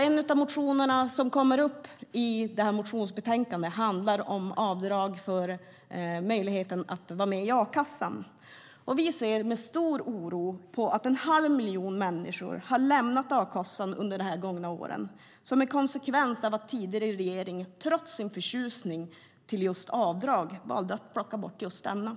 En av de motioner som tas upp i betänkandet handlar om avdrag för avgiften till a-kassan, vilket ger människor möjlighet att vara med i a-kassan. Vi ser med stor oro på att en halv miljon människor har lämnat a-kassan under de gångna åren som en konsekvens av att tidigare regering, trots att den var så förtjust i just avdrag, valde att plocka bort just detta avdrag.